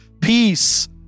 peace